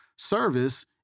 service